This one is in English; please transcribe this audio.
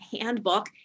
handbook